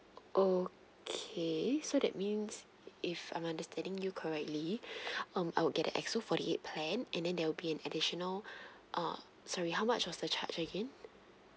okay so that means if I'm understanding you correctly um I'll get the X_O forty eight plan and then there will be an additional uh sorry how much was the charge again